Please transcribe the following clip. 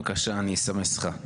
בבקשה, אני אסמס לך.